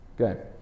Okay